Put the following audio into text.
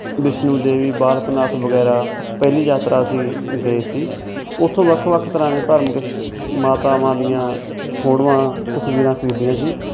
ਵਿਸ਼ਨੂੰ ਦੇਵੀ ਬਾਲਕ ਨਾਥ ਵਗੈਰਾ ਪਹਿਲੀ ਯਾਤਰਾ ਅਸੀਂ ਗਏ ਸੀ ਉਥੋਂ ਵੱਖ ਵੱਖ ਤਰ੍ਹਾਂ ਦੇ ਧਾਰਮਿਕ ਮਾਤਾਵਾਂ ਦੀਆਂ ਫੋਟੋਆਂ ਤਸਵੀਰਾਂ ਖਰੀਦੀਆਂ ਸੀ